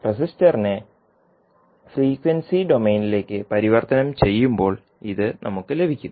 റെസിസ്റ്ററിനെ frequency ഡൊമെയ്നിലേക്ക് പരിവർത്തനം ചെയ്യുമ്പോൾ ഇത് നമുക്ക് ലഭിക്കും